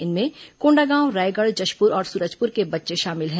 इनमें कोंडागांव रायगढ़ जशपुर और सूरजपुर के बच्चे शामिल हैं